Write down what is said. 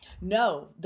No